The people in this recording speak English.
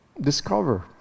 Discover